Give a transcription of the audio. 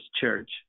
church